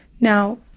Now